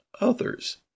others